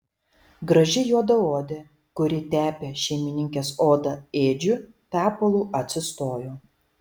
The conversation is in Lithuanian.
graži juodaodė kuri tepė šeimininkės odą ėdžiu tepalu atsistojo